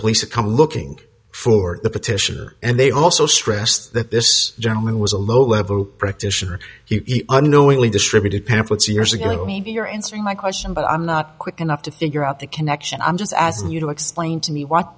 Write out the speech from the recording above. police to come looking for the petition and they also stressed that this gentleman was a low level practitioner he unknowingly distributed pamphlets years ago maybe you're answering my question but i'm not quick enough to figure out the connection i'm just asking you to explain to me what